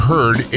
Heard